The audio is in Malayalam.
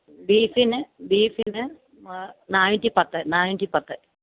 ബീഫിന് ബീഫിന് നാനൂറ്റിപ്പത്ത് നാനൂറ്റിപ്പത്ത്